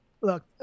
Look